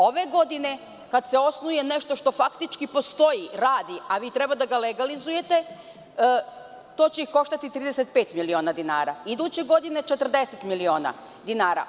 Ove godine, kada se osnuje nešto što faktički postoji, radi, a vi treba da ga legalizujete, to će koštati 35 miliona dinara, iduće godine 40 miliona dinara.